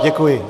Děkuji.